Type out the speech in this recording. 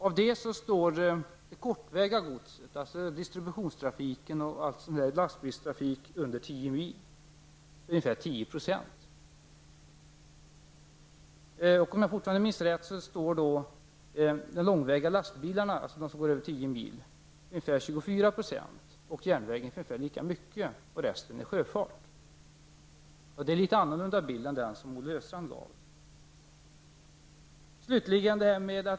Av det står det kortväga godset, dvs. distributionstrafiken, lastbilstrafiken m.m. under tio mil, för ungefär 10 %. De långväga lastbilarna, som går över tio mil, står för ungefär 24 %, järnvägen för ungefär lika mycket och resten utgörs av sjöfart. Det är en litet annorlunda bild än den som Olle Östrand gav.